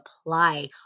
apply